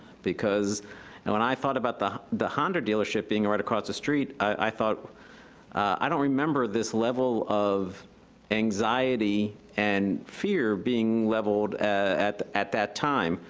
because and when i thought about the the honda dealership being right across the street, i thought i don't remember this level of anxiety and fear being leveled at at that time.